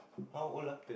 how old ah